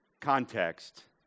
context